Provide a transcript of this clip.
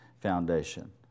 foundation